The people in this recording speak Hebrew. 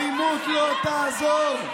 למה אתה לא, האלימות לא תעזור.